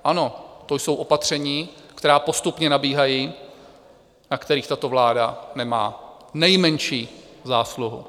Ano, to jsou opatření, která postupně nabíhají, na kterých tato vláda nemá nejmenší zásluhu.